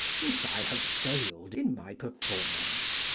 if i have failed in my performance,